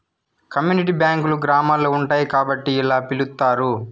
community బ్యాంకులు గ్రామాల్లో ఉంటాయి కాబట్టి ఇలా పిలుత్తారు